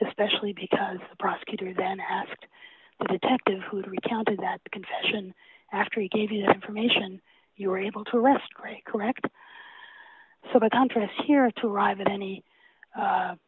especially because the prosecutor then asked the detective who recounted that confession after he gave you the information you were able to arrest great correct so the contrast here is to arrive at any